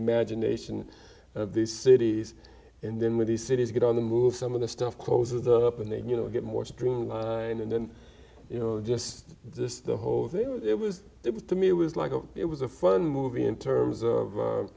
imagination of these cities and then when the cities get on the move some of the stuff close it up and then you know get more streamlined and then you know just just the whole thing it was to me it was like oh it was a fun movie in terms of